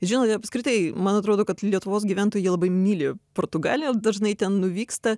žinote apskritai man atrodo kad lietuvos gyventojai jie labai myli portugaliją dažnai ten nuvyksta